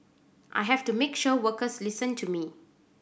I have to make sure workers listen to me